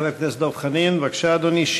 חבר הכנסת דב חנין, בבקשה, אדוני.